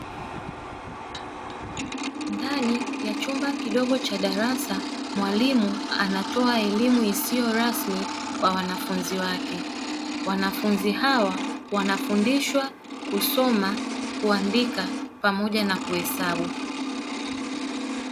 Ndani ya chumba kidogo cha darasa, mwalimu anatoa elimu isiyo rasmi kwa wanafunzi wake, wanafunzi hawa wanafundishwa kusoma, kuandika pamoja na kuhesabu